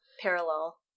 parallel